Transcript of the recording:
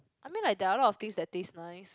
I mean like there are a lot of things that taste nice